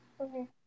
Okay